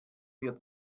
wir